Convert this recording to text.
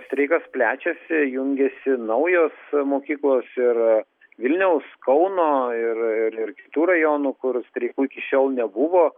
streikas plečiasi jungiasi naujos mokyklos ir vilniaus kauno irir ir kitų rajonų kur streikų iki šiol nebuvo